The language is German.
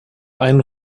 einen